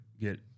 get